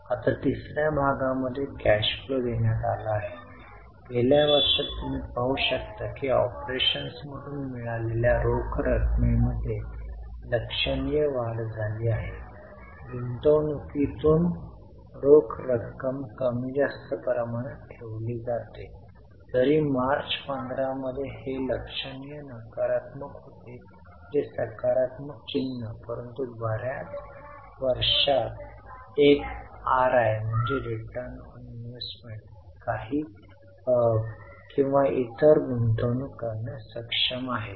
आता तिसर्या भागामध्ये कॅश फ्लो देण्यात आला आहे गेल्या वर्षात तुम्ही पाहू शकता की ऑपरेशन्समधून मिळालेल्या रोख रकमेमध्ये लक्षणीय वाढ झाली आहे गुंतवणूकीतून रोख रक्कम कमी जास्त प्रमाणात ठेवली जाते जरी मार्च 15 मध्ये हे लक्षणीय नकारात्मक होते जे सकारात्मक चिन्ह परंतु बर्याच वर्षांत एक आरआय काही किंवा इतर गुंतवणूक करण्यास सक्षम आहे